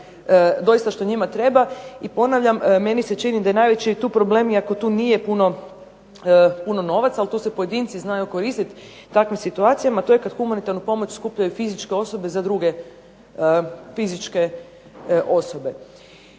nešto što njima treba. I ponavljam, meni se čini da je najveći tu problem, iako tu nije puno novaca, ali tu se pojedinci znaju koristiti takvim situacijama. To je kad humanitarnu pomoć skupljaju fizičke osobe za druge fizičke osobe.